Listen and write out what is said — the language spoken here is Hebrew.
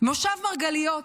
מושב מרגליות